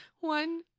one